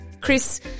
Chris